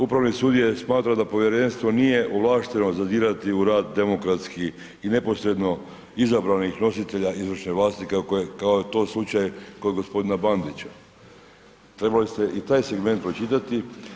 Upravni sud je, smatra da povjerenstvo nije ovlašteno zadirati u rad demokratski i neposredno izabranih nositelja izvršne vlasti, kao što je to slučaj kod g. Bandića, trebali ste i taj segment pročitati.